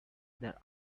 their